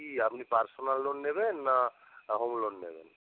কি আপনি personal loan নেবেন না হোম লোন নেবেন